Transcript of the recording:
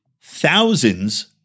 thousands